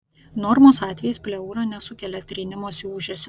normos atvejais pleura nesukelia trynimosi ūžesio